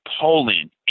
Poland